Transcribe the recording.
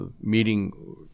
meeting